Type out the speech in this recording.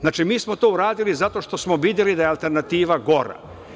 Znači, mi smo to uradili zato što smo videli da je alternativa gora.